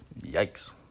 Yikes